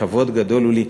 כבוד גדול הוא לי.